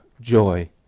joy